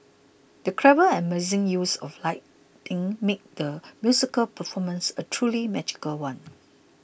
the clever and amazing use of lighting made the musical performance a truly magical one